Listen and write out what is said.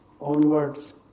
onwards